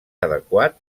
adequat